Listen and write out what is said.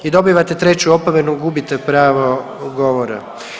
I dobivate treću opomenu gubite pravo govora.